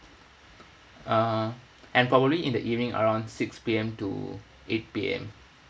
uh and probably in the evening around six P_M to eight P_M